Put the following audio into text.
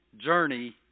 journey